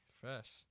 fresh